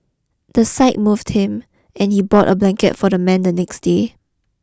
the sight moved him and he bought a blanket for the man the next day